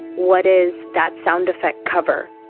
what is that sound effect cover?